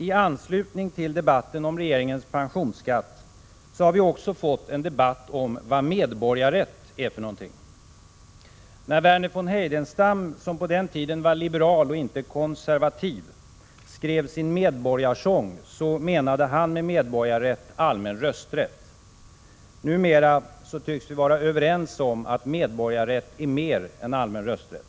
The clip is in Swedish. I anslutning till debatten om regeringens pensionsskatt har vi också fått en debatt om vad medborgarrätt är för någonting. När Verner von Heidenstam — han var på den tiden liberal och inte konservativ — skrev sin Medborgarsång menade han med ”medborgarrätt” Prot. 1986/87:48 allmän rösträtt. Numera tycks vi vara överens om att medborgarrätt är mer 12 december 1986 än rösträtt.